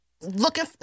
looking